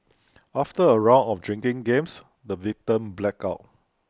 after A round of drinking games the victim blacked out